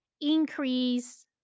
increase